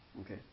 Okay